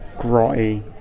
grotty